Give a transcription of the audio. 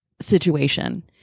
situation